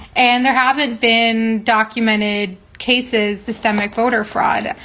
and there haven't been documented cases, systemic voter fraud.